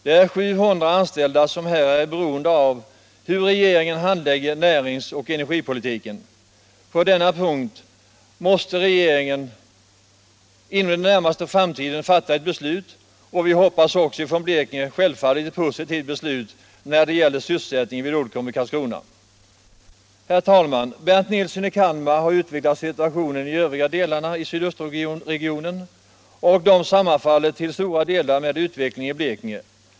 Det är 700 anställda som är beroende av hur regeringen handlägger näringsoch energipolitiken. På denna punkt måste regeringen inom den närmaste framtiden fatta ett beslut. Vi hoppas självfallet i Blekinge att det blir ett positivt beslut när det gäller sysselsättningen vid Uddcomb i Karlskrona. Herr talman! Bernt Nilsson i Kalmar har utvecklat synpunkterna på situationen i de övriga delarna i sydostregionen, och utvecklingen där sammanfaller till stora delar med utvecklingen i Blekinge.